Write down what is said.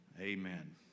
Amen